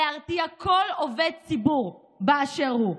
להרתיע כל עובד ציבור באשר הוא.